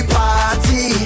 party